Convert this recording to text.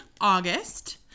august